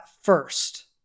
first